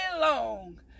long